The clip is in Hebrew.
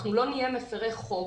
אנחנו לא נהיה מפרי חוק,